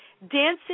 Dancing